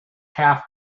have